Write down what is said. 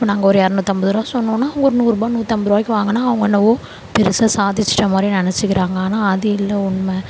இப்போ நாங்கள் ஒரு இரநூத்தம்பது ரூபா சொன்னோன்னால் அவங்க ஒரு நூறுரூவா நூற்றம்பது ரூபாய்க்கு வாங்குனால் அவங்க என்னவோ பெருசாக சாதிச்சுட்ட மாதிரி நினச்சிக்கிறாங்க ஆனால் அது இல்லை உண்மை